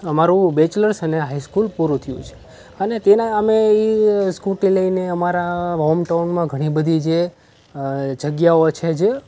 અમારું બેચલર્સ અને હાઇસ્કૂલ પૂરું થયું છે અને તેના અમે એ સ્કૂટી લઈને અમારા હોમટાઉનમાં ઘણી બધી જે જગ્યાઓ છે જે